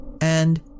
And